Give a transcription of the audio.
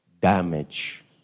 damage